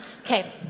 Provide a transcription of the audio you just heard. Okay